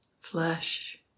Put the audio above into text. Flesh